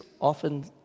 often